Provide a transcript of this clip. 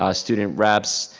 ah student reps,